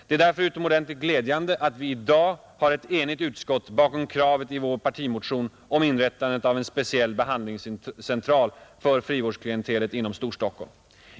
Det är därför utomordentligt glädjande att vi i dag har ett enigt utskott bakom kravet i vår partimotion om inrättandet av en speciell behandlingscentral för frivårdsklientelet inom Storstockholm.